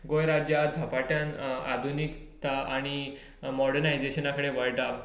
गोंय राज्य आयज झपाट्यान आधुनिकता आनी मॉर्डनायजेशना कडेन वळटा